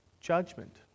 judgment